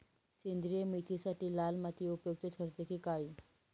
सेंद्रिय मेथीसाठी लाल माती उपयुक्त ठरेल कि काळी?